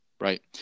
Right